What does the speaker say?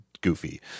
goofy